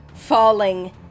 falling